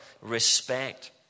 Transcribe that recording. respect